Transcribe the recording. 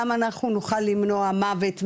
כמה אנחנו נוכל למנוע מוות מאנשים,